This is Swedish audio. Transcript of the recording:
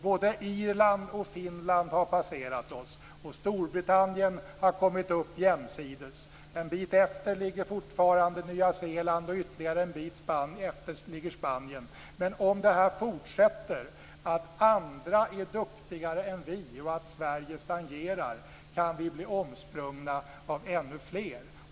Både Irland och Finland har passerat oss. Storbritannien har kommit upp jämsides. En bit efter ligger fortfarande Nya Zeeland, och ytterligare en bit efter ligger Spanien. Men om andra fortsätter att vara duktigare än vi och om Sverige stagnerar kan vi bli omsprungna av ännu fler.